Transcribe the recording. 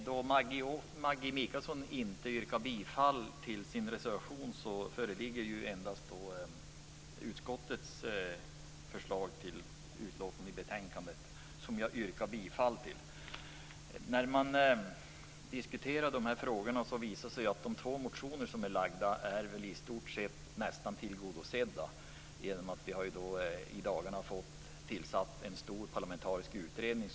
Herr talman! Eftersom Maggi Mikaelsson inte yrkat bifall till sin reservation föreligger endast utskottets förslag i betänkandet, som jag yrkar bifall till. När de här frågorna diskuteras visar det sig att de två motioner som väckts i stort sett är tillgodosedda genom att en stor parlamentarisk utredning tillsatts i dagarna.